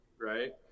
Right